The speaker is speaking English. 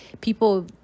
people